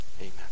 Amen